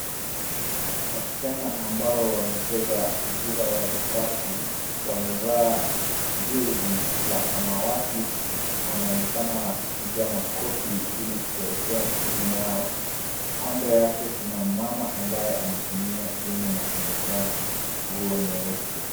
Wasichana ambao wanacheza mpira wa vikapu wamevaa jezi la samawati. Wanaonekana wakipiga makofi ili kusherehekea timu yao. Kando yake kuna mama ambaye anatumia simu na amevaa nguo nyeusi.